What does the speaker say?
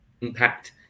impact